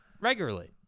regularly